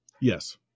Yes